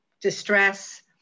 distress